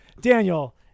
Daniel